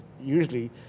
usually